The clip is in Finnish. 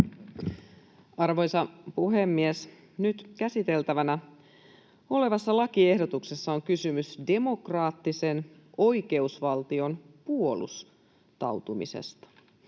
Arvoisa puhemies! Nyt käsiteltävänä olevassa lakiehdotuksessa on kysymys demokraattisen oikeusvaltion puolustautumisesta